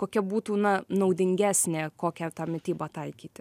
kokia būtų na naudingesnė kokią tą mitybą taikyti